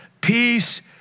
Peace